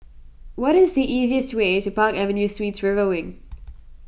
what is the easiest way to Park Avenue Suites River Wing